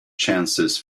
chances